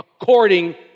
according